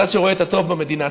בצד שרואה את הטוב במדינה,